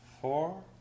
four